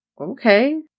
Okay